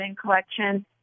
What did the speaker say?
collection